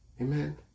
Amen